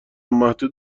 محدود